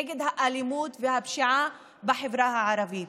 נגד האלימות והפשיעה בחברה הערבית: